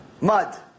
Mud